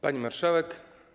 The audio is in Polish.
Pani Marszałek!